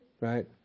right